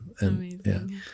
Amazing